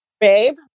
babe